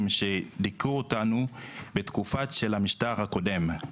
שדיכאו אותנו בתקופה של המשטר הקודם.